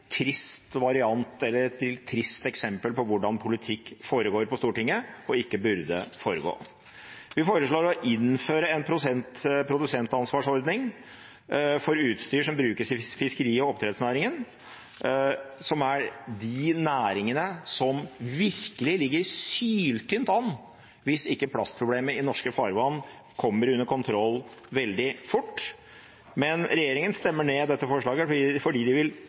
trist variant av og et trist eksempel på hvordan politikk foregår på Stortinget, og ikke burde foregå. Vi foreslår å innføre en produsentansvarsordning for utstyr som brukes i fiskeri- og oppdrettsnæringen, som er de næringene som virkelig ligger syltynt an hvis ikke plastproblemet i norske farvann kommer under kontroll veldig fort. Men regjeringssiden stemmer ned dette forslaget fordi de vil